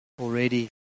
already